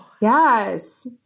Yes